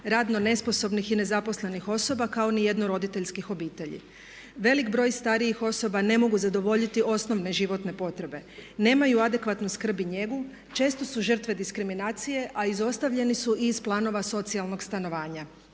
radno nesposobnih i nezaposlenih osoba kao ni jedno roditeljskih obitelji. Veliki broj starijih osoba ne mogu zadovoljiti osnovne životne potrebe, nemaju adekvatnu skrb i njegu, često su žrtve diskriminacije a izostavljeni su i iz planova socijalnog stanovanja.